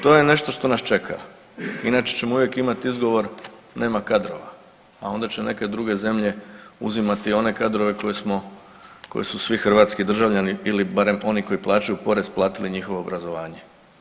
To je nešto što nas čeka inače ćemo uvijek imat izgovor nema kadrova, a onda će neke druge zemlje uzimati one kadrove koje smo, koje su svi hrvatski državljani ili barem oni koji plaćaju porez platili njihovo obrazovanje.